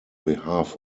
behalf